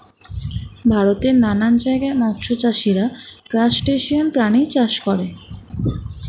ভারতের নানান জায়গায় মৎস্য চাষীরা ক্রাসটেসিয়ান প্রাণী চাষ করে